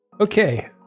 Okay